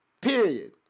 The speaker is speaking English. Period